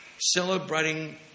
celebrating